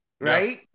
Right